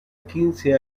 quince